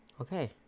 Okay